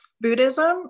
Buddhism